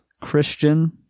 Christian